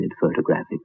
photographic